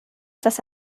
dass